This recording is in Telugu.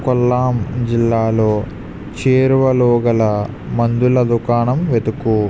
కొల్లాం జిల్లాలో చేరువలో గల మందుల దుకాణం వెతుకు